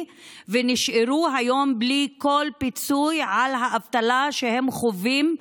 ונשארו היום בלי כל פיצוי על האבטלה שהם חווים.